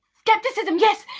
skepticism! yes,